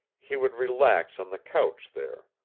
he would relax on the couch there.